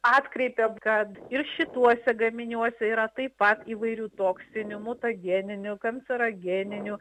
atkreipėm kad ir šituose gaminiuose yra taip pat įvairių toksinių mutageninių kancerogeninių